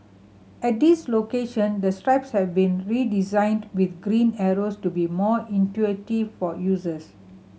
at these location the strips have been redesigned with green arrows to be more intuitive for users